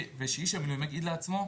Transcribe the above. ושאיש המילואים לא יגיד לעצמו: